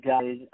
guys